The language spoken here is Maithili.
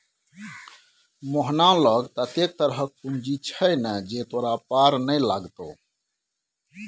मोहना लग ततेक तरहक पूंजी छै ने जे तोरा पार नै लागतौ